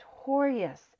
notorious